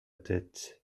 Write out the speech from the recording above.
tête